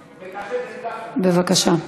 בבקשה.